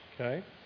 okay